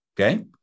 okay